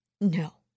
No